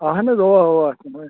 اَہن حظ اَوا اَوا